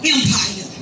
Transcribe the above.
Empire